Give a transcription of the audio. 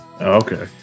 Okay